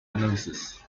analysis